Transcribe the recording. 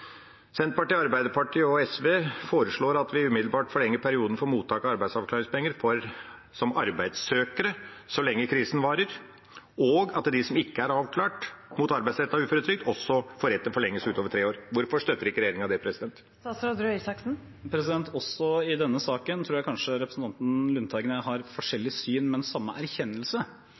Senterpartiet, Arbeiderpartiet og SV foreslår at vi umiddelbart forlenger perioden for mottak av arbeidsavklaringspenger som arbeidssøker så lenge krisen varer, og at de som ikke er avklart mot arbeidsrettet uføretrygd, også får rett til forlengelse utover tre år. Hvorfor støtter ikke regjeringen det? Også i denne saken tror jeg kanskje representanten Lundteigen og jeg har forskjellig syn, men samme erkjennelse.